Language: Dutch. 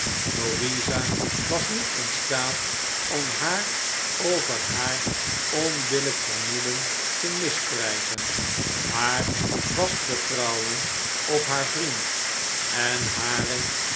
louisa was niet in staat om haar over haar onbillijk vermoeden te misprijzen haar vast vertrouwen op haar vriend en hare